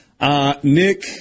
Nick